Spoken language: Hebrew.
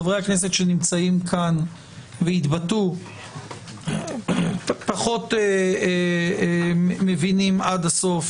חברי הכנסת שנמצאים כאן והתבטאו פחות מבינים עד הסוף,